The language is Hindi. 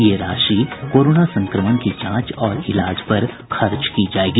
ये राशि कोरोना संक्रमण की जांच और इलाज पर खर्च की जायेगी